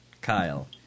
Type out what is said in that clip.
Kyle